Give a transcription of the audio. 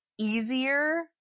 easier